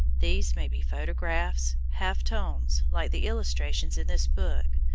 these may be photographs, half-tones, like the illustrations in this book,